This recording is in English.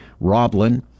Roblin